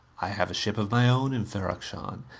i have a ship of my own in ferrok-shahn.